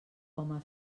home